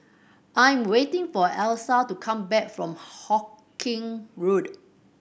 I'm waiting for Alysa to come back from Hawkinge Road